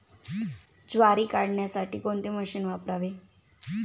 ज्वारी काढण्यासाठी कोणते मशीन वापरावे?